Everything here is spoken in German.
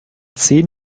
zehn